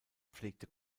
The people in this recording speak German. pflegte